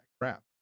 crap